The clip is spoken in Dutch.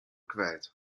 kwijt